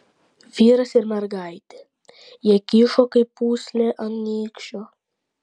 vyras ir mergaitė jie kyšo kaip pūslė ant nykščio